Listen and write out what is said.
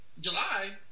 July